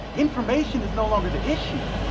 information is no longer the issue.